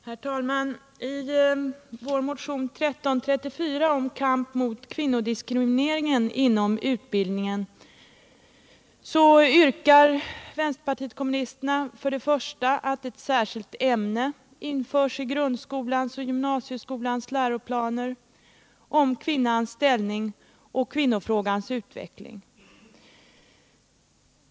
Herr talman! I motionen 1334 om kamp mot kvinnodiskrimineringen inom utbildningen yrkar vänsterpartiet kommunisterna att ett särskilt ämne införs i grundskolans och gymnasieskolans läroplaner om kvinnans ställning och kvinnofrågans utveckling.